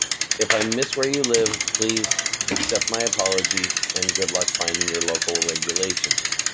if i miss where you live, please accept my apology and good luck finding your local regulations.